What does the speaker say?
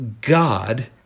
God